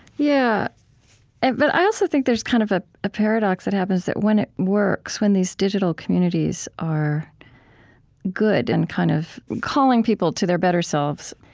yeah and but i also think there's kind of ah a paradox that happens that when it works, when these digital communities are good and kind of calling people to their better selves,